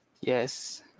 Yes